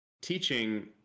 teaching